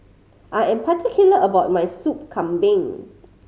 I am particular about my Soup Kambing